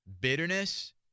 bitterness